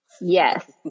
Yes